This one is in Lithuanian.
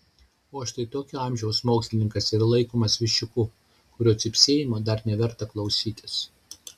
o štai tokio amžiaus mokslininkas yra laikomas viščiuku kurio cypsėjimo dar neverta klausytis